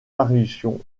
parution